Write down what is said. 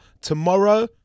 Tomorrow